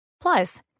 Plus